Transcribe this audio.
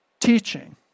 teaching